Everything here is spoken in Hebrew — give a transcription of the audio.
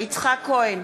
יצחק כהן,